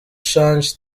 change